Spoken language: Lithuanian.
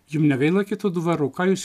jum negaila kitų dvarų ką jūs